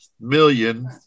million